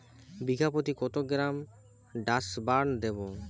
বিঘাপ্রতি কত গ্রাম ডাসবার্ন দেবো?